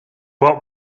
what